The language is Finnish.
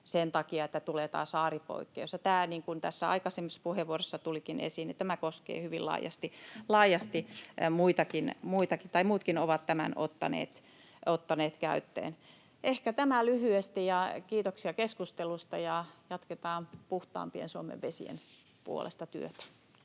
sen takia, että tulee tämä saaripoikkeus. Niin kuin tässä aikaisemmissa puheenvuoroissa tulikin esiin, tämä koskee hyvin laajasti muitakin tai muutkin ovat tämän ottaneet käyttöön. Ehkä tämä lyhyesti. Kiitoksia keskustelusta, ja jatketaan puhtaampien Suomen vesien puolesta työtä.